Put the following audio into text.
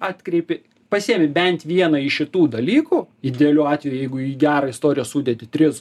atkreipėi pasiimi bent vieną iš šitų dalykų idealiu atveju jeigu į gerą istoriją sudedi tris